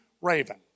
raven